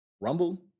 Rumble